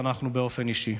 אנחנו באופן אישי,